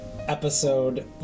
episode